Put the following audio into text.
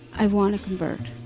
i want to convert.